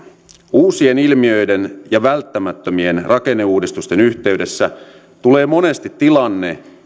uusien ilmiöiden ja välttämättömien rakenneuudistusten yhteydessä tulee monesti tilanne